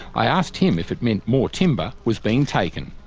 i asked him if it meant more timber was being taken.